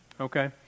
Okay